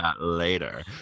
later